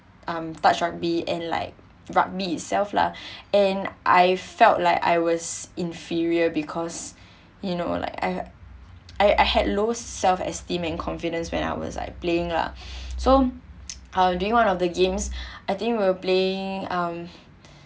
um touch rugby and like rugby itself lah and I felt like I was inferior because you know like uh I I had low self-esteem and confidence when I was like playing lah so um during one of the games I think we're playing um